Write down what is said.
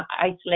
isolate